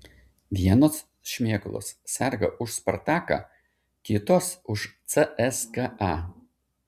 vienos šmėklos serga už spartaką kitos už cska